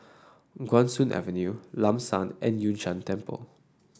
Guan Soon Avenue Lam San and Yun Shan Temple